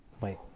Wait